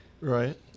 Right